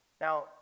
Now